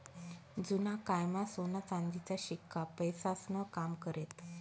जुना कायमा सोना चांदीचा शिक्का पैसास्नं काम करेत